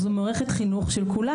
זו מערכת חינוך של כולם,